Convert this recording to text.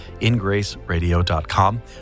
ingraceradio.com